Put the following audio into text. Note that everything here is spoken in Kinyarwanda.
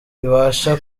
ibasha